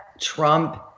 Trump